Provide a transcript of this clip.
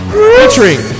Featuring